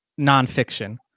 nonfiction